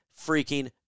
freaking